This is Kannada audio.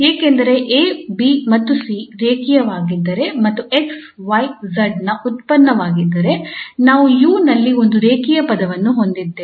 ಏಕೆಂದರೆ ಈ 𝐴 𝐵 ಮತ್ತು 𝐶 ರೇಖೀಯವಾಗಿದ್ದರೆ ಮತ್ತು 𝑥 𝑦 𝑧 ನ ಉತ್ಪನ್ನವಾಗಿದ್ದರೆ ನಾವು 𝑢 ನಲ್ಲಿ ಒಂದು ರೇಖೀಯ ಪದವನ್ನು ಹೊಂದಿದ್ದೇವೆ